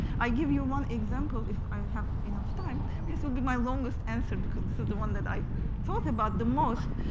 give you one example, if i have enough time. this will be my longest answer, because this is the one that i thought about the most.